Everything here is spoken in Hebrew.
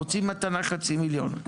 רוצים מתנה חצי מיליון.